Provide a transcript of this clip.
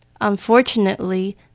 Unfortunately